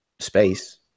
space